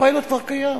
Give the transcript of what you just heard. הפיילוט כבר קיים.